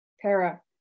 para